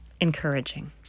encouraging